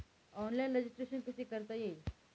Online registration कसे करता येईल?